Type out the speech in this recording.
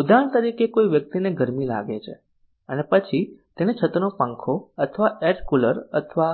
ઉદાહરણ તરીકે કોઈ વ્યક્તિ ને ગરમી લાગે છે અને પછી તેણે છતનો પંખો અથવા એર કૂલર અથવા